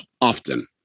often